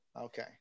Okay